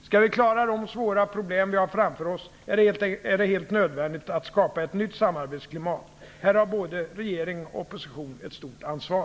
Skall vi klara de svåra problem vi har framför oss är det helt nödvändigt att skapa ett nytt samarbetsklimat. Här har både regering och opposition ett stort ansvar.